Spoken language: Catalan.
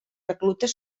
reclutes